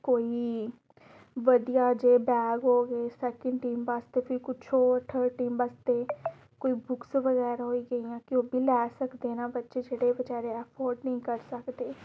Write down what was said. कोई बधिया जे बैग होवे सैकेंड टीम आस्तै फ्ही कुछ होए थर्ड टीम बास्तै आस्तै कोई बुक्स बगैरा होई गेइयां कि ओह् बी लै सकदे न बच्चे जेह्ड़े बचारे एफोर्ड नेईं करी सकदे